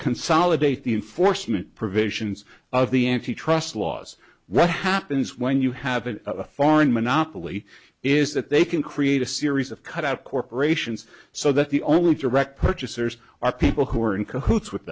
consolidate the enforcement provisions of the antitrust laws what happens when you have a foreign monopoly is that they can create a series of cut out corporations so that the only direct purchasers are people who are in cahoots with